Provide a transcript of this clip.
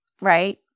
right